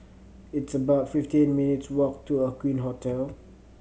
it's about fifty eight minutes' walk to Aqueen Hotel